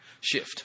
shift